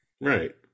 Right